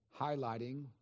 highlighting